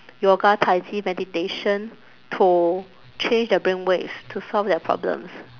yoga tai-chi meditation to change their brainwaves to solve their problems